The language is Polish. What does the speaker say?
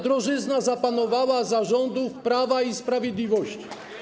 Drożyzna zapanowała za rządów Prawa i Sprawiedliwości.